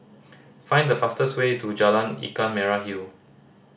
find the fastest way to Jalan Ikan Merah Hill